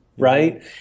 Right